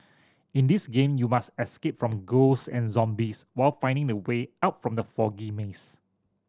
in this game you must escape from ghost and zombies while finding the way out from the foggy maze